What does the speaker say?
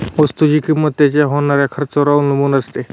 वस्तुची किंमत त्याच्यावर होणाऱ्या खर्चावर अवलंबून असते